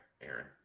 Aaron